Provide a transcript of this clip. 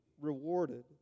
rewarded